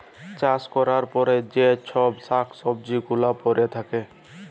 চাষ ক্যরার পরে যে চ্ছব শাক সবজি গুলা পরে থাক্যে